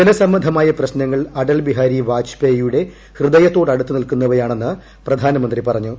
ജലസംബന്ധമായ പ്രശ്നങ്ങൾ അടൽ ബിഹാരി വാജ്പേയിയുടെ ഹൃദയത്തോട് അടുത്ത് നിൽക്കുന്നവയാണെന്ന് പ്രധാനമന്ത്രി പറഞ്ഞു